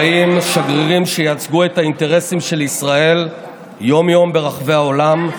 שגרירים שייצגו את האינטרסים של ישראל יום-יום ברחבי העולם.